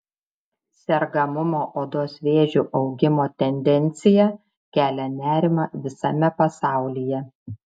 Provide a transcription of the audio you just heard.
sergamumo odos vėžiu augimo tendencija kelia nerimą visame pasaulyje